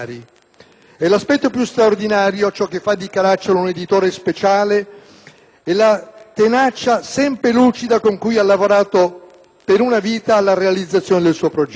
E l'aspetto più straordinario, ciò che fa di Caracciolo un editore speciale, è la tenacia sempre lucida con cui ha lavorato per una vita alla realizzazione del suo progetto.